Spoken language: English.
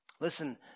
Listen